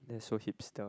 that's so hipster